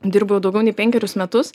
dirbu jau daugiau nei penkerius metus